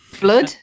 Blood